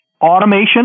automation